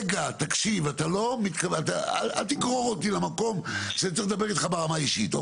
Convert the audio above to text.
אל תגרור אותי למקום שאני צריך לדבר איתך ברמה האישית.